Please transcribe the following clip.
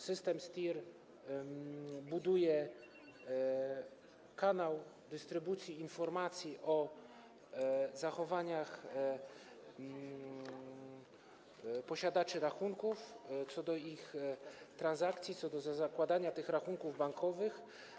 System STIR buduje kanał dystrybucji informacji o zachowaniach posiadaczy rachunków co do ich transakcji, co do zakładania tych rachunków bankowych.